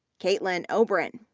caitlin obren.